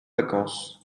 vacances